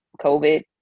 COVID